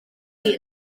hir